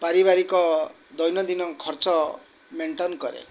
ପାରିବାରିକ ଦୈନନ୍ଦିନ ଖର୍ଚ୍ଚ ମେଣ୍ଟନ କରେ